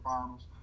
Finals